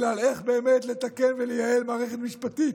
אלא על איך באמת לתקן ולייעל מערכת משפטית.